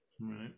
Right